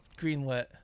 greenlit